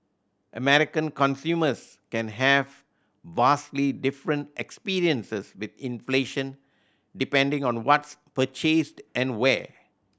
American consumers can have vastly different experiences with inflation depending on what's purchased and where